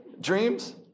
Dreams